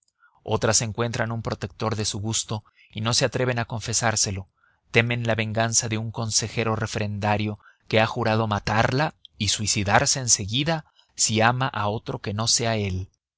otras encuentran un protector de su gusto y no se atreven a confesárselo temen la venganza de un consejero refrendario que ha jurado matarla y suicidarse en seguida si ama a otro que no sea él